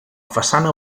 façana